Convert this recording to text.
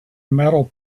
metal